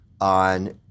on